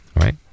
right